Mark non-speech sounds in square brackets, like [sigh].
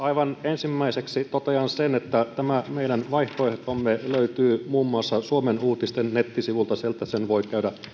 [unintelligible] aivan ensimmäiseksi totean sen että tämä meidän vaihtoehtomme löytyy muun muassa suomen uutisten nettisivuilta sieltä sen voi käydä